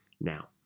now